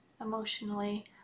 emotionally